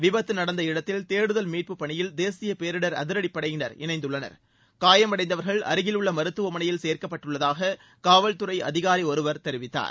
விபத்து நடந்த இடத்தில் தேடுதல் மீட்பு பணியில் தேசிய பேரிடர் அதிரடிப்படையினர் இணைந்துள்ளனர் காயம் அடைந்தவர்கள் அருகில் உள்ள மருத்துவமனையில் சேர்க்கப்பட்டுள்ளதாக காவல்துறை அதிகாரி ஒருவர் தெரிவித்தார்